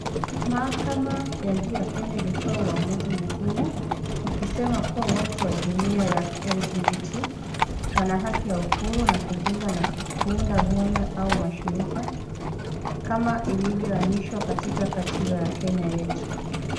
Mahakama ya juu ya Kenya ilitoa uamuzi muhimu ikisema kuwa watu wa jumuia ya LGBT wana haki ya uhuru wa kujiunga na kuunda na vyama au mashirika kama ilivyoainishwa katika katiba ya Kenya yetu.